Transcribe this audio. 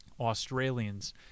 Australians